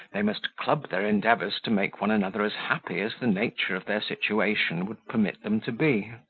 they must club their endeavours to make one another as happy as the nature of their situation would permit them to be.